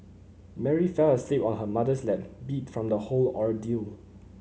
Mary fell asleep on her mother's lap beat from the whole ordeal